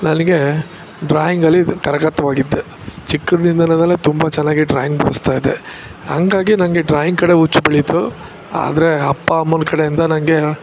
ನನಗೆ ಡ್ರಾಯಿಂಗಲ್ಲಿ ಕರಗತವಾಗಿದೆ ಚಿಕ್ಕಂದಿನಿಂದ ನಾವೆಲ್ಲ ತುಂಬ ಚೆನ್ನಾಗಿ ಡ್ರಾಯಿಂಗ್ ಬಿಡಿಸ್ತಾ ಇದ್ದೆ ಹಾಗಾಗಿ ನನಗೆ ಡ್ರಾಯಿಂಗ್ ಕಡೆ ಹುಚ್ಚು ಬೆಳಿತು ಆದರೆ ಅಪ್ಪ ಅಮ್ಮನ ಕಡೆಯಿಂದ ನನಗೆ